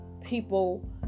people